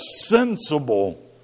sensible